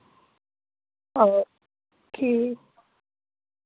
okay